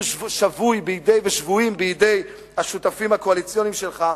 שבויים בידי השותפים הקואליציוניים שלך,